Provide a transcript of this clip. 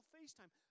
FaceTime